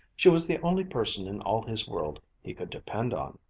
she was the only person in all his world he could depend on.